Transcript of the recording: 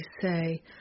say